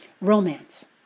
Romance